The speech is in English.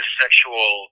sexual